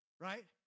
right